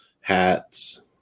hats